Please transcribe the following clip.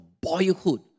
boyhood